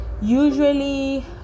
usually